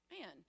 man